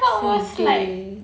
sedih